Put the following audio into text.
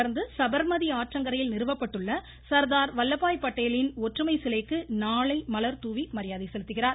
தொடா்ந்து சபா்மதி ஆற்றங்கரையில் நிறுவப்பட்டுள்ள சா்தாா் வல்லபாய் பட்டேலின் ஒற்றுமை சிலைக்கு நாளை மலர்தூவி மரியாதை செலுத்துகிறார்